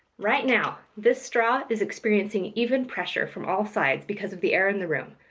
right now, this straw is experiencing even pressure from all sides because of the air in the room.